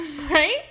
Right